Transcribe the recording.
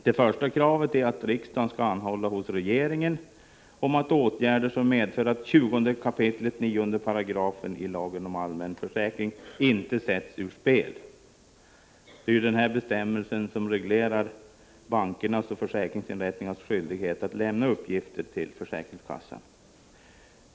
Det ena kravet är att riksdagen hos regeringen skall anhålla om åtgärder som medför att 20 kap. 9 § lagen om allmän försäkring inte sätts ur 89 spel. Det är denna bestämmelse som reglerar bankernas och försäkringsinrättningarnas skyldighet att lämna uppgifter till försäkringskassan.